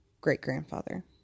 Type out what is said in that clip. great-grandfather